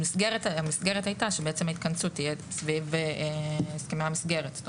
המסגרת היתה שבעצם ההתכנסות תהיה סביב הסכמי המסגרת.